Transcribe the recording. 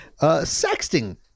sexting